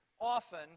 often